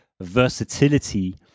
versatility